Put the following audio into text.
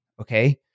Okay